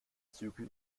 zügel